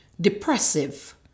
depressive